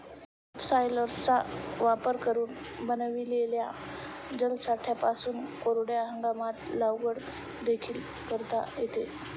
सबसॉयलरचा वापर करून बनविलेल्या जलसाठ्यांपासून कोरड्या हंगामात लागवड देखील करता येते